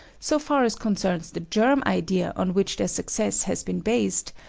so far as concerns the germ idea on which their success has been based,